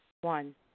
One